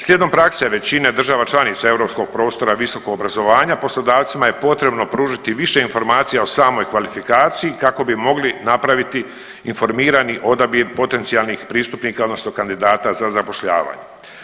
Slijedom prakse većine država članica europskog prostora visokog obrazovanja poslodavcima je potrebno pružiti više informacija o samoj kvalifikaciji kako bi mogli napraviti informirani odabir potencijalnih pristupnika odnosno kandidata za zapošljavanje.